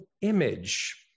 image